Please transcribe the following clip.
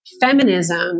feminism